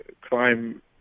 crime